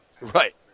right